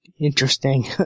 interesting